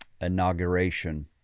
inauguration